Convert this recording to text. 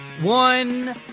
one